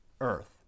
earth